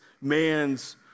man's